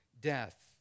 death